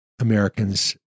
americans